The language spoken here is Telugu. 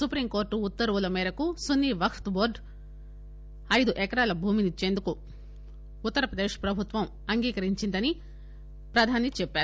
సుప్రీంకోర్టు ఉత్తర్వుల మేరకు సున్నీ వక్స్ బోర్డుకు ఐదు ఎకరాల భూమినిచ్చేందుకు ఉత్తర ప్రదేశ్ ప్రభుత్వం అంగీకరించిందని ప్రధాని చెప్పారు